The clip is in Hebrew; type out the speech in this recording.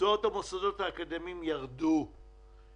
הוצאות המוסדות האקדמיים ירדו בתקופה הזאת.